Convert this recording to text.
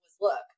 look